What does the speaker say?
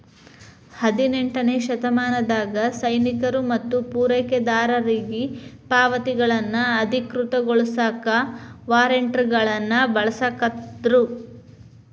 ಹದಿನೆಂಟನೇ ಶತಮಾನದಾಗ ಸೈನಿಕರು ಮತ್ತ ಪೂರೈಕೆದಾರರಿಗಿ ಪಾವತಿಗಳನ್ನ ಅಧಿಕೃತಗೊಳಸಾಕ ವಾರ್ರೆಂಟ್ಗಳನ್ನ ಬಳಸಾಕತ್ರು